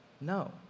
No